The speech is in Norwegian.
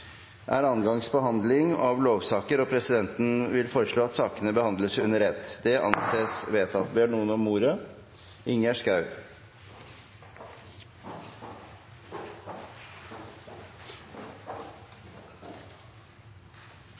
gangs behandling av lovsaker. Presidenten vil foreslå at sakene behandles under ett. – Det anses vedtatt. Ber noen om ordet?